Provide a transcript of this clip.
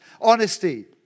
honesty